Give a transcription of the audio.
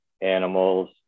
animals